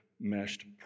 meshed